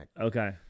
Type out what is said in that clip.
Okay